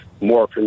more